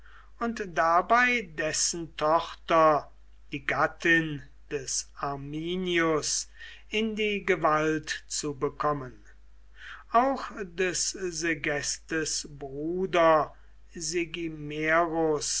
und dabei dessen tochter die gattin des arminius in die gewalt zu bekommen auch des segestes bruder